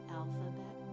alphabet